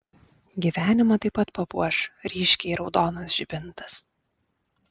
gyvenimą taip pat papuoš ryškiai raudonas žibintas